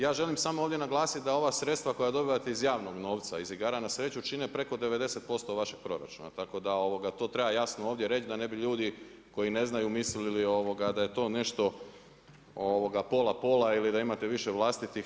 Ja želim samo ovdje naglasiti da ova sredstva koja dobivate iz javnog novca, iz igara na sreću čine preko 90% vašeg proračuna tako da to treba jasno ovdje reći, da ne bi ljudi koji ne znaju mislili da je to nešto pola pola ili da imate više vlastitih.